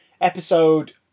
episode